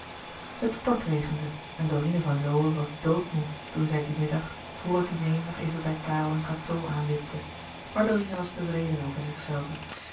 het stortregende en dorine van lowe was doodmoê toen zij dien middag vor het diner nog even bij karel en cateau aanwipte maar dorine was tevreden over zichzelve